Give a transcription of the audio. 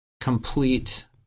complete